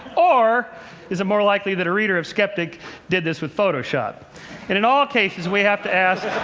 or is it more likely that a reader of skeptic did this with photoshop? and in all cases we have to ask